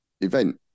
event